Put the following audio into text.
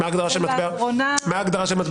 מה ההגדרה?